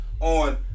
on